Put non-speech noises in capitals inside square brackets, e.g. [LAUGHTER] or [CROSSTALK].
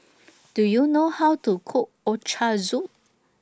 [NOISE] Do YOU know How to Cook Ochazuke